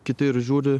kiti ir žiūri